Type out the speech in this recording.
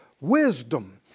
wisdom